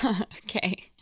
Okay